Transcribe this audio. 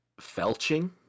felching